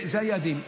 אלה היעדים.